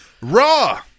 Raw